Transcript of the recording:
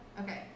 Okay